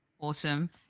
Awesome